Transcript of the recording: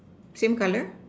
same color